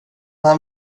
han